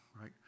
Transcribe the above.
right